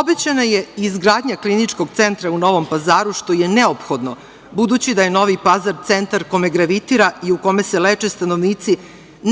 Obećana je i izgradnja kliničkog centra u Novom Pazaru što je neophodno, budući da je Novi Pazar centar kome gravitira i u kome se leče stanovnici